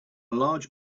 large